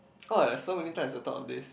oh there's so many times I thought of this